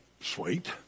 sweet